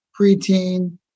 preteen